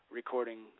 recording